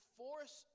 force